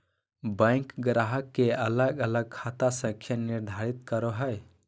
bank ग्राहक के अलग अलग खाता संख्या निर्धारित करो हइ